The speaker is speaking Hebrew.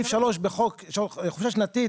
סעיף 3 בחוק חופשה שנתית,